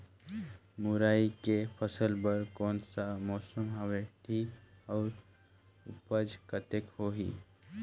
मुरई के फसल बर कोन सा मौसम हवे ठीक हे अउर ऊपज कतेक होही?